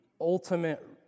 ultimate